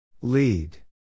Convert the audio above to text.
Lead